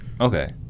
Okay